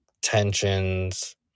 tensions